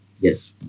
Yes